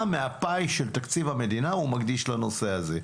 מהפאי של תקציב המדינה הוא מקדיש לנושא הזה.